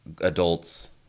adults